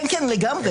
לגמרי.